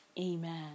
amen